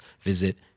visit